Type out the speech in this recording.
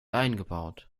eingebaut